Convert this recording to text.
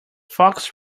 fox